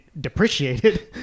depreciated